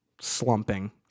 slumping